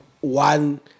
one